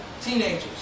teenagers